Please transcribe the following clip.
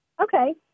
Okay